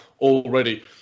already